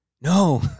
No